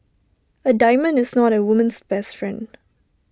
A diamond is not A woman's best friend